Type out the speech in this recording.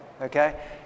okay